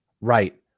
Right